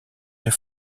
les